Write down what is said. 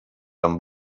amb